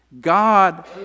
God